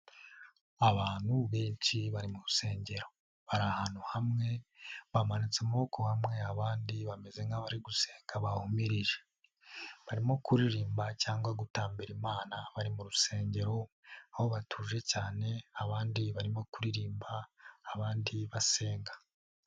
Abantu benshi bari mu rusengero. Bari ahantu hamwe, bamanitse amaboko hamwe, abandi bameze nk'abari gusenga bahumirije. Barimo kuririmba cyangwa gutambira Imana bari mu rusengero, aho batuje cyane, abandi barimo kuririmba, abandi basenga.